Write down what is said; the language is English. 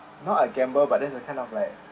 not a gamble but that's a kind of like